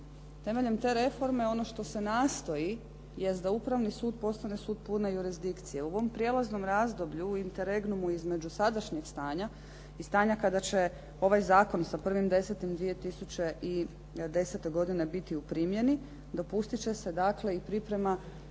Temeljem te reforme ono što se nastoji jest da upravni sud postane sud pune jurisdikcije. U ovom prijelaznom razdoblju, u interegnumu između sadašnjeg stanja i stanja kada će ovaj zakon da 1.10.2010. godine biti u primjeni, dopustit će se dakle i priprema